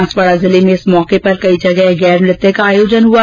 बांसवाड़ा जिले में इस मौके पर कई जगह गैर नृत्य का आयोजन हुआ